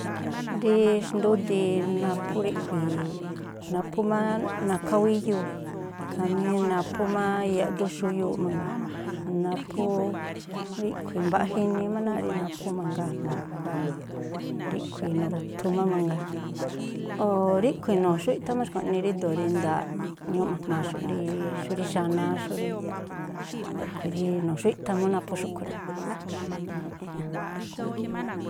Rí xndúdii naphú ríꞌkhui̱, naphú má nakháwíyuu khamí naphú má yaꞌduxúyuuꞌ. mangaa, naphú ríꞌkhui̱ mbaꞌja inii má náa̱ꞌ rí naphú mangaa jma̱a, jngáa̱ ríꞌkhui̱ nu̱ru̱phu má mangaa. O̱ ríꞌkhui̱ nu̱xuíꞌthá má xkua̱ꞌnii ríndo̱o rí nda̱a̱ꞌ ñúúꞌ ma̱jmaaꞌxu̱ꞌ rí xú rí xanáá xú rí. Po a̱ꞌkhui̱ rí nu̱xuíꞌthá mú naphú xúꞌkhui̱ rá.